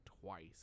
twice